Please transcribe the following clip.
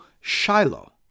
Shiloh